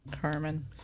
Carmen